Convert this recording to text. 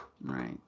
Right